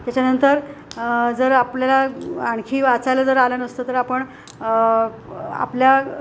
त्याच्यानंतर जर आपल्याला आणखी वाचायला जर आलं नसतं तर आपण आपल्या